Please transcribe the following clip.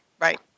right